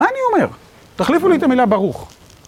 מה אני אומר? תחלפו לי את המילה ברוך